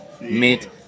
meet